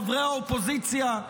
חברי האופוזיציה,